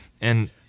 And-